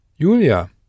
Julia